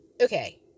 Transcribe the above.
Okay